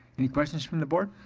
any questions from the board?